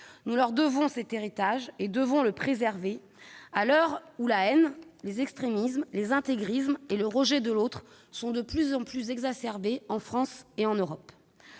qui leur est dû, nous devons le préserver, à l'heure où la haine, les extrémismes, les intégrismes et le rejet de l'autre sont toujours plus exacerbés, en France et en Europe.